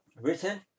written